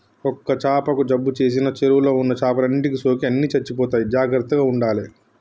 ఒక్క చాపకు జబ్బు చేసిన చెరువుల ఉన్న చేపలన్నిటికి సోకి అన్ని చచ్చిపోతాయి జాగ్రత్తగ ఉండాలే